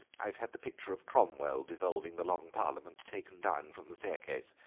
i've had the picture of cromwell dissolving the long parliament taken down from the staircase,